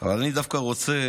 אני דווקא רוצה